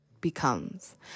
becomes